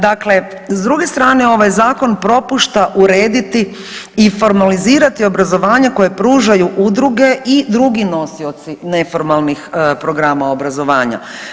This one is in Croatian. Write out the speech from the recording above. Dakle, s druge strane ovaj zakon propušta urediti i formalizirati obrazovanje koje pružaju udruge i drugi nosioci neformalnih programa obrazovanja.